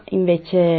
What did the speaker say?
invece